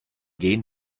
gain